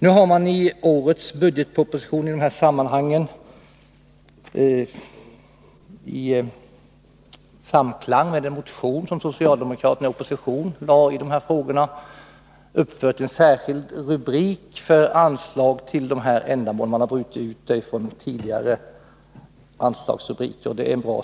Nu har man i årets budgetproposition, i samklang med en motion som socialdemokraterna i opposition väckte när det gäller de här frågorna, uppfört en särskild rubrik för anslag till dessa ändamål; man har brutit ut det från tidigare anslagsrubrik. Det är bra.